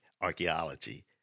archaeology